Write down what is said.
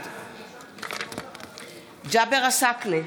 בעד ג'אבר עסאקלה,